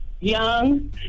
young